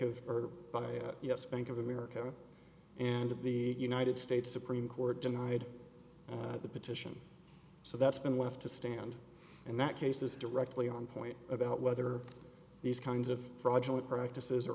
u s bank of america and the united states supreme court denied the petition so that's been left to stand and that case is directly on point about whether these kinds of fraudulent practices are